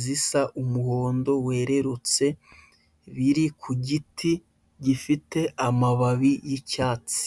zisa umuhondo wererutse, biri ku giti gifite amababi y'icyatsi.